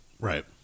Right